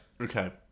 Okay